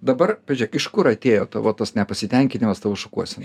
dabar pažiūrėk iš kur atėjo tavo tas nepasitenkinimas tavo šukuosena